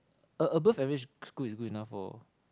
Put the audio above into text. a above average school is good enough for